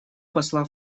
посла